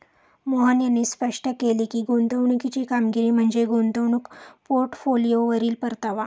मोहन यांनी स्पष्ट केले की, गुंतवणुकीची कामगिरी म्हणजे गुंतवणूक पोर्टफोलिओवरील परतावा